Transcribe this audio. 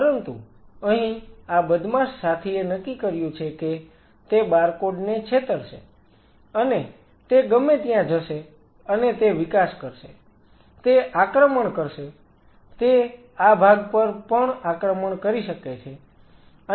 પરંતુ અહીં આ બદમાશ સાથીએ નક્કી કર્યું છે કે તે બારકોડ ને છેતરશે અને તે ગમે ત્યાં જશે અને તે વિકાસ કરશે તે આક્રમણ કરશે તે આ ભાગ પર પણ આક્રમણ કરી શકે છે